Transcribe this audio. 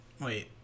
Wait